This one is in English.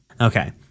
Okay